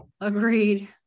agreed